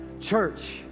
church